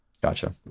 gotcha